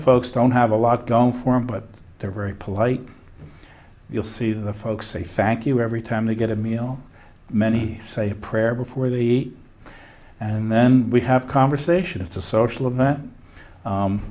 folks don't have a lot going for him but they're very polite you'll see the folks a fact you every time they get a meal many say a prayer before the and then we have conversation it's a social event